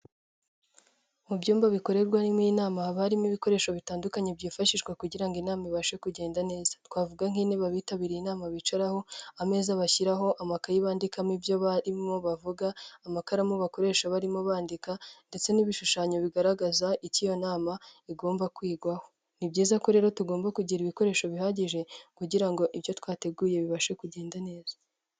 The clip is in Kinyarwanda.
Mu byumba bikorerwamo inama haba harimo ibikoresho bitandukanye byifashishwa kugira ngo inama ibashe kugenda neza. Twavuga nk'intebe abitabiriye inama bicaraho, ameza bashyiraho amakayi bandikamo ibyo barimo bavuga, amakaramu bakoresha barimo bandika ndetse n'ibishushanyo bigaragaza icyo iyo nama igomba kwigwaho. Ni byiza ko rero tugomba kugira ibikoresho bihagije, kugira ngo ibyo twateguye bibashe kugenda neza.